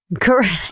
Correct